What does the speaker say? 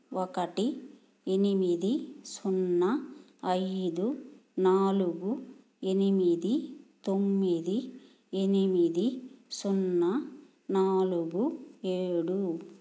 ఒకటి ఎనిమిది సున్నా ఐదు నాలుగు ఎనిమిది తొమ్మిది ఎనిమిది సున్నా నాలుగు ఏడు